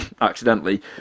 accidentally